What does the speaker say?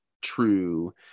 true